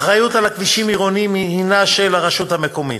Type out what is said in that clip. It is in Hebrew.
האחריות לכבישים העירוניים היא של הרשות המקומית,